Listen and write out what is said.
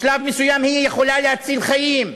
בשלב מסוים היא יכולה להציל חיים.